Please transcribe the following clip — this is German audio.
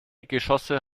geschosse